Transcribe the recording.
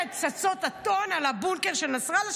את פצצות הטון על הבונקר של נסראללה,